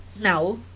now